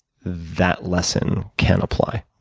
that lesson can apply